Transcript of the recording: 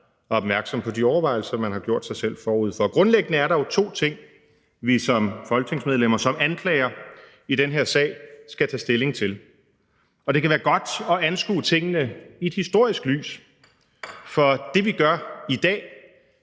opmærksom på de overvejelser, man har gjort sig forud for det. Grundlæggende er der jo to ting, vi som folketingsmedlemmer, som anklager, i denne her sag skal tage stilling til. Og det kan være godt at anskue tingene i et historisk lys. For det, vi gør i dag,